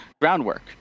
groundwork